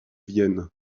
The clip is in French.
vienne